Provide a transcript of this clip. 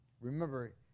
Remember